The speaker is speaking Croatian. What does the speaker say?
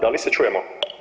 Da li se čujemo?